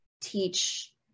teach